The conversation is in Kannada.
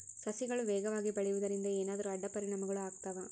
ಸಸಿಗಳು ವೇಗವಾಗಿ ಬೆಳೆಯುವದರಿಂದ ಏನಾದರೂ ಅಡ್ಡ ಪರಿಣಾಮಗಳು ಆಗ್ತವಾ?